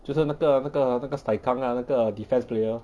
就是那个那个那个 sai kang lah 那个 defence player